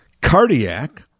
Cardiac